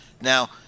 Now